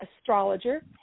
astrologer